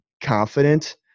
confident